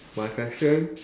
my question